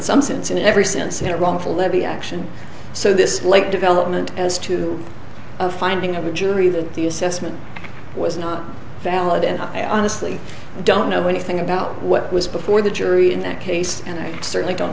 some sense in every sense in a wrongful levy action so this late development as to a finding of a jury that the assessment was not valid and i honestly don't know anything about what was before the jury in that case and i certainly don't